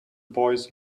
boys